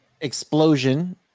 explosion